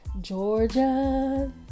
Georgia